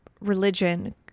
religion